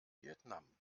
vietnam